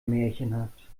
märchenhaft